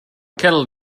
kettle